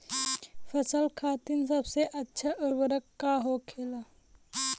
फसल खातीन सबसे अच्छा उर्वरक का होखेला?